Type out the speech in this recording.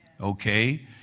Okay